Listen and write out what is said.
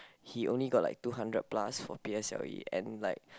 he only got like two hundred plus for p_s_l_e and like